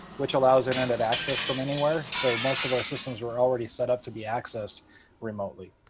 which allows internet access from anywhere. so most of our systems were already set up to be accessed remotely.